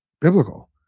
biblical